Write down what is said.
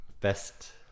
Best